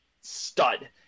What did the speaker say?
stud